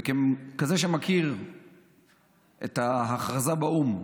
וכמי שמכיר את ההכרזה באו"ם,